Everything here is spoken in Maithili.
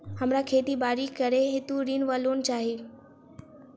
हमरा खेती बाड़ी करै हेतु ऋण वा लोन चाहि?